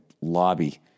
lobby